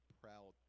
proud